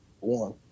one